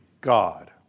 God